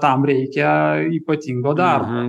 tam reikia ypatingo darbo